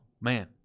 man